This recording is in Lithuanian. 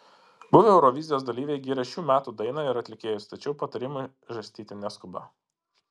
buvę eurovizijos dalyviai giria šių metų dainą ir atlikėjus tačiau patarimų žarstyti neskuba